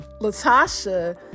Latasha